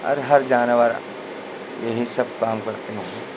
और हर जानवर यही सब काम करते हैं